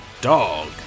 dog